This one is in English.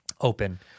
open